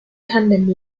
tandem